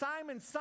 Simon